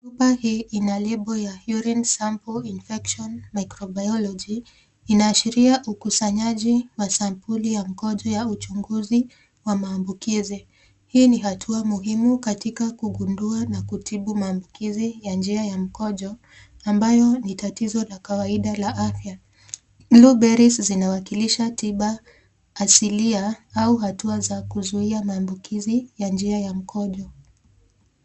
Chupa hii ina lebo ya urine sample infection microbiology , inaashiria ukusanyaji wa sampuli ya mkojo wa uchunguzi wa maambukizi. Hii ni hatua muhimu katika kugundua na kutibu maambukizi ya njia ya mkojo, ambayo ni tatizo la kawaida la afya. Blueberries zinawakilisha tiba asilia au hatua za kuzuia maambukizi ya njia ya mkojo.